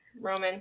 Roman